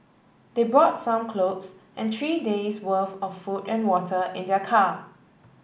they brought some clothes and three days' worth of food and water in their car